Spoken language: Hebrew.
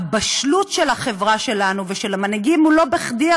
הבשלות של החברה שלנו ושל המנהיגים היא לא בכדי.